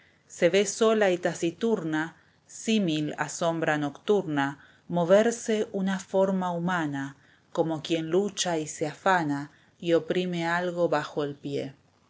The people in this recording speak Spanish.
se ve sola y taciturna símil a sombra nocturna moverse una forma humana como quien lucha y se afana y oprime algo bajo el pie